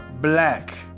black